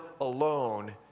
alone